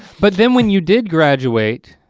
but then when you did graduate,